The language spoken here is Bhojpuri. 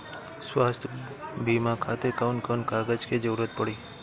स्वास्थ्य बीमा खातिर कवन कवन कागज के जरुरत पड़ी?